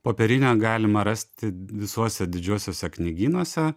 popierinę galima rasti visuose didžiuosiuose knygynuose